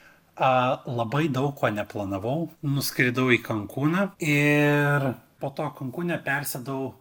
a labai daug ko neplanavau nuskridau į kankuną ir po to kankune nepersėdau